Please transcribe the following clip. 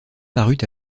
parut